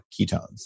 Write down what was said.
ketones